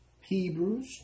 Hebrews